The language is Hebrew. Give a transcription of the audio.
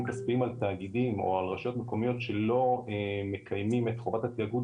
כספיים על תאגידים או על רשויות מקומיות שלא מקיימים את חובת התאגוד